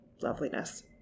loveliness